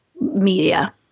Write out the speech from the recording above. media